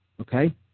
okay